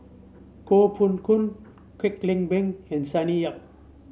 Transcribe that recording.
Koh Poh Koon Kwek Leng Beng and Sonny Yap